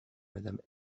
madame